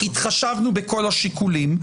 התחשבנו בכל השיקולים,